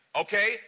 Okay